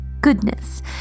goodness